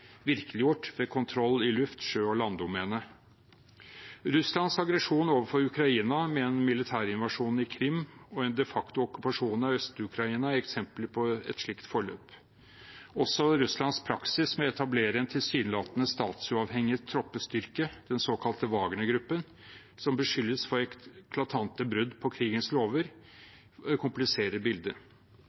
virkeliggjort ved kontroll i luft-, sjø- og landdomenet. Russlands aggresjon overfor Ukraina med en militær innovasjon i Krim og en de facto okkupasjon av Øst-Ukraina er eksempler på et slikt forløp. Også Russlands praksis med å etablere en tilsynelatende statsuavhengig troppestyrke, den såkalte Wagnergruppen, som beskyldes for eklatante brudd på krigens lover, kompliserer bildet.